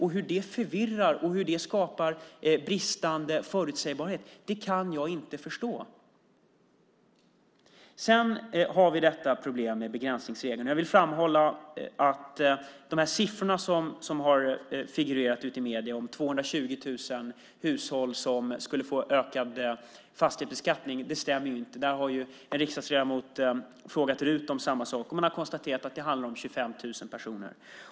Hur det förvirrar och skapar bristande förutsägbarhet kan jag inte förstå. Sedan har vi problemet med begränsningsregeln. Jag vill framhålla att de siffror som har figurerat i medierna om att 220 000 hushåll skulle få ökad fastighetsskatt inte stämmer. En riksdagsledamot har frågat RUT om samma sak, och man har konstaterat att det handlar om 25 000 personer.